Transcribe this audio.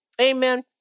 Amen